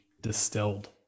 distilled